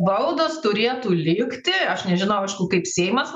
baudos turėtų likti aš nežinau aišku kaip seimas